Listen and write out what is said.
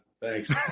Thanks